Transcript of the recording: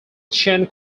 chen